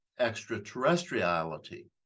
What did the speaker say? extraterrestriality